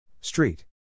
Street